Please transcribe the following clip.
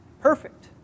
perfect